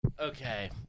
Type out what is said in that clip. Okay